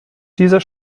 dieser